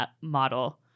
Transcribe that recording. model